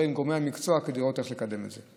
עם גורמי המקצוע כדי לראות איך לקדם את זה.